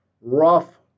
rough